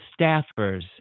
staffers